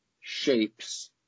shapes